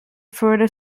further